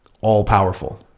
all-powerful